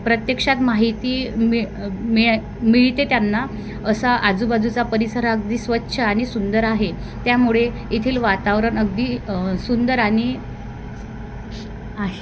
प्रत्यक्षात माहिती मिळ मिळ मिळते त्यांना असा आजूबाजूचा परिसर अगदी स्वच्छ आणि सुंदर आहे त्यामुळे येथील वातावरण अगदी सुंदर आणि आहे